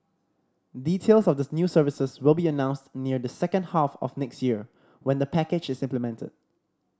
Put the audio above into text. details of the new services will be announced near the second half of next year when the package is implemented